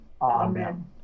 Amen